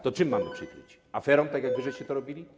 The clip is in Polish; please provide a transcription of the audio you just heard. To czym mamy przykryć, aferą, tak jak wyście to robili?